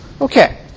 Okay